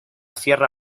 sierra